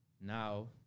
now